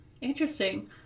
interesting